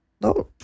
no